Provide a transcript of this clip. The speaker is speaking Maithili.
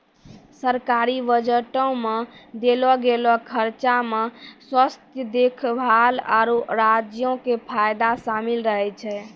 सरकारी बजटो मे देलो गेलो खर्चा मे स्वास्थ्य देखभाल, आरु राज्यो के फायदा शामिल रहै छै